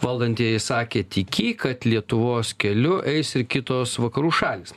valdantieji sakė tikį kad lietuvos keliu eis ir kitos vakarų šalys